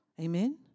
amen